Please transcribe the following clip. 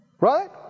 right